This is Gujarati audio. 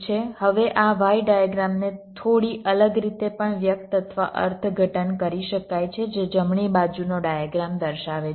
હવે આ Y ડાયગ્રામને થોડી અલગ રીતે પણ વ્યક્ત અથવા અર્થઘટન કરી શકાય છે જે જમણી બાજુનો ડાયગ્રામ દર્શાવે છે